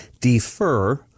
defer